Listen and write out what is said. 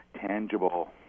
tangible